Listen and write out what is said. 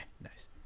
Nice